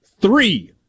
three